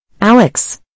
Alex